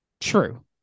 true